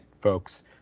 folks